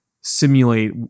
simulate